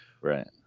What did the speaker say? Right